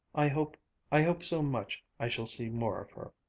i hope i hope so much i shall see more of her.